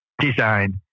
design